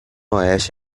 oeste